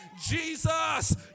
Jesus